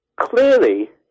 clearly